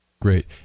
great